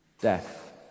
death